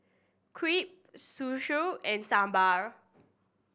Crepe Zosui and Sambar